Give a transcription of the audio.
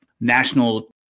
national